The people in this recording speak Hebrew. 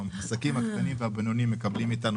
העסקים הקטנים והבינוניים מקבלים מאיתנו